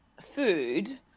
food